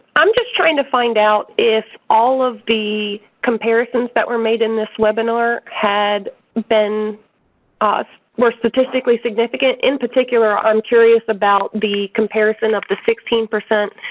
i'm just trying to find out if all of the comparisons that were made in this webinar had been were statistically significant. in particular i'm curious about the comparison of the sixteen percent